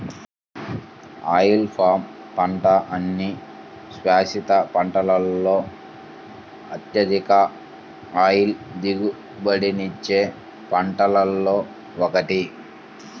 oil palm పంట అన్ని శాశ్వత పంటలలో అత్యధిక ఆయిల్ దిగుబడినిచ్చే పంటలలో ఒకటి